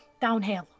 Downhill